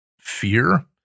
fear